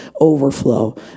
overflow